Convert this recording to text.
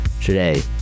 Today